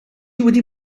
wedi